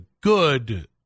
good